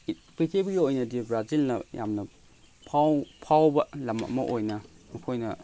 ꯄ꯭ꯔꯤꯊꯤꯕꯤꯒꯤ ꯑꯣꯏꯅꯗꯤ ꯕ꯭ꯔꯥꯖꯤꯜꯅ ꯌꯥꯝꯅ ꯐꯥꯎꯕ ꯂꯝ ꯑꯃ ꯑꯣꯏꯅ ꯃꯈꯣꯏꯅ